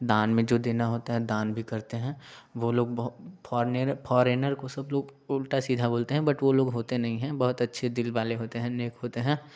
दान में जो देना होता है दान भी करते हैं वो लोग फ़ॉरनेर फोरेनर को सब लोग उल्टा सीधा बोलते हैं बट वो लोग होते नहीं है बहुत अच्छे दिल वाले होते हैं नेक होते हैं